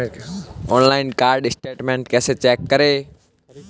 Online card statement कैसे check करें?